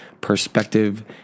perspective